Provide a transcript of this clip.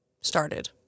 started